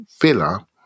Villa